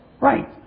Right